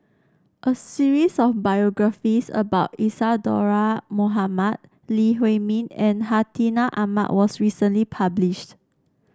a series of biographies about Isadhora Mohamed Lee Huei Min and Hartinah Ahmad was recently published